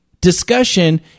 discussion